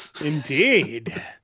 Indeed